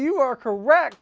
you are correct